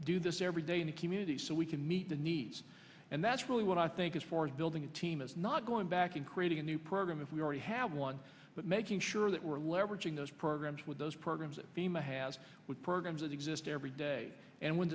do this every day in the communities so we can meet the needs and that's really what i think is for building a team is not going back in creating a new program if we already have one but making sure that we're leveraging those programs with those programs seem to have good programs that exist every day and when